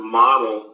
model